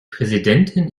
präsidentin